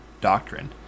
doctrine